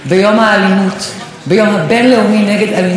הצהירו כאן השרים בזה אחר זה,